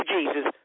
Jesus